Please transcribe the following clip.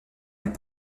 les